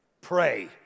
Pray